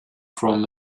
from